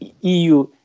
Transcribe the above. EU